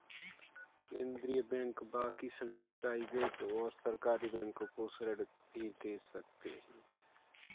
केन्द्रीय बैंक बाकी सभी प्राइवेट और सरकारी बैंक को ऋण भी दे सकते हैं